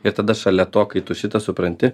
ir tada šalia to kai tu šitą supranti